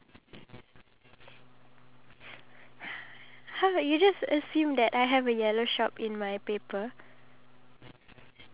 our dads to actually find out what they really like because majority of them they're the breadwinner for the house